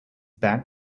back